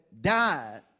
died